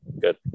good